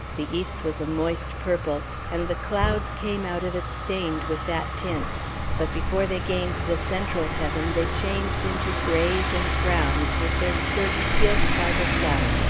the east was a moist purple and the clouds came out of it stained with that tint but before they gained the central heaven they changed into greys and browns with their skirts gilt by the sun.